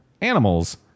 animals